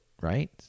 Right